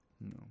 No